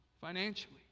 financially